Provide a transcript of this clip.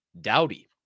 dowdy